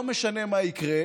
לא משנה מה יקרה,